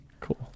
Cool